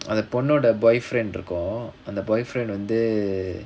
அந்த பொண்ணோட:antha ponnoda boyfriend இருக்கும் அந்த:irukkum antha boyfriend வந்து:vanthu